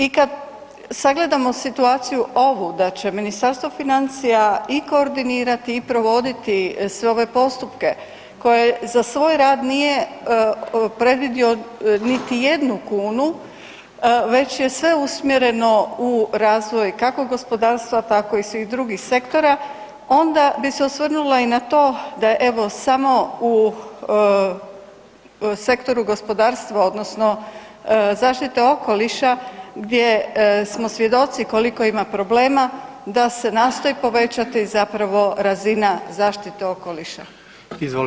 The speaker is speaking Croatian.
I kad sagledamo situaciju ovu da će Ministarstvo financija i koordinirati i provoditi sve ove postupke koje za svoj rad nije predvidio niti jednu kunu već je sve usmjereno u razvoj kako gospodarstva tako i svih drugih sektora, onda bi se osvrnula i na to da evo samo u sektoru gospodarstva odnosno zaštite okoliša gdje smo svjedoci koliko ima problema da se nastoji povećati zapravo razina zaštite okoliša.